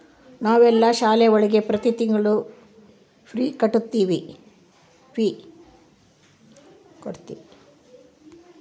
ನಾವೆಲ್ಲ ಶಾಲೆ ಒಳಗ ಪ್ರತಿ ತಿಂಗಳು ಫೀ ಕಟ್ಟುತಿವಿ